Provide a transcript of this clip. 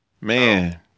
Man